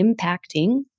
impacting